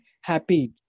happy